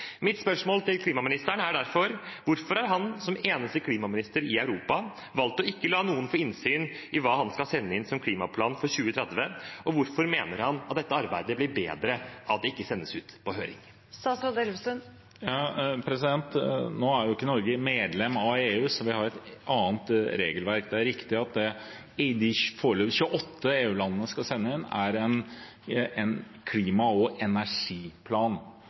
Mitt spørsmål til klimaministeren er derfor: Hvorfor har han som eneste klimaminister i Europa valgt å ikke la noen få innsyn i hva han skal sende inn som klimaplan for 2030, og hvorfor mener han at dette arbeidet blir bedre av at det ikke sendes ut på høring? Nå er jo ikke Norge medlem av EU, så vi har et annet regelverk. Det er riktig at det de foreløpig 28 EU-landene skal sende inn, er en klima- og energiplan,